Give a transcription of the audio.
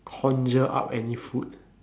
conjure up any food